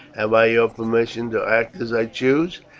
have i your permission to act as i choose?